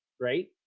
Right